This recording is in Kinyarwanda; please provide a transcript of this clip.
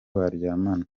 baryamana